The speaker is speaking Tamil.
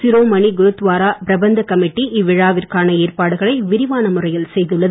சிரோமனி குருத்வாரா பிரபந்தக் கமிட்டி இவ்விழாவிற்கான ஏற்பாடுகளை விரிவான முறையில் செய்துள்ளது